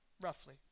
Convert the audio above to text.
roughly